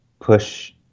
push